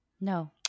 No